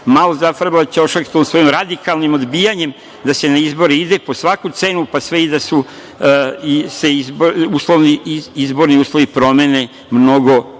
malo zafarbala ćošak tu svojim radikalnim odbijanjem da se na izbore ide po svaku cenu, pa sve i da se izborni uslovi promene, mnogo